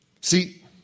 See